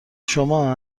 شما